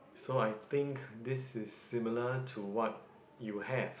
so I think this is similar to what you have